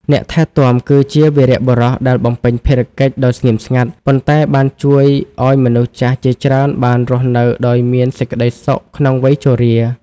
អ្នកថែទាំគឺជាវីរបុរសដែលបំពេញភារកិច្ចដោយស្ងៀមស្ងាត់ ប៉ុន្តែបានជួយឱ្យមនុស្សចាស់ជាច្រើនបានរស់នៅដោយមានសេចក្តីសុខក្នុងវ័យជរា។